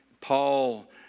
Paul